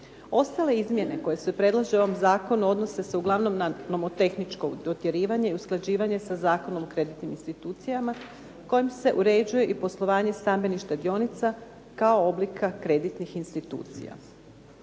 Ostale izmjene koje se predlažu u ovom zakonu odnose se uglavnom na nomotehničko dotjerivanje i usklađivanje sa Zakonom o kreditnim institucijama kojim se uređuje i poslovanje stambenih štedionica kao oblika kreditnih institucija.